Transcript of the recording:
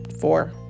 Four